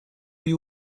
you